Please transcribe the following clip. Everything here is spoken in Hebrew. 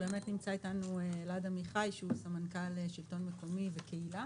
נמצא איתנו אלעד עמיחי, סמנכ"ל שלטון מקומי וקהילה